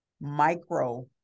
Micro